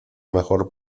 mejor